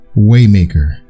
Waymaker